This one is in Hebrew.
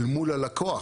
אל מול הלקוח.